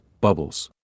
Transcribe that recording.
bubbles